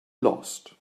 lost